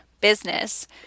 business